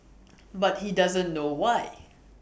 but he doesn't know why